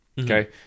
Okay